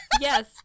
yes